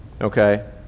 okay